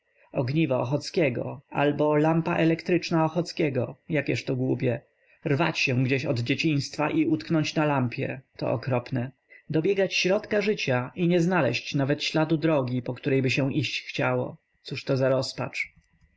ogniwo ochockiego albo lampa elektryczna ochockiego jakież to głupie rwać się gdzieś od dzieciństwa i utknąć na lampie to okropne dobiegać środka życia i nie znaleść nawet śladu drogi po którejby się iść chciało cóżto za